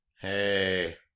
Hey